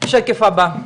השקף הבא.